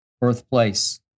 birthplace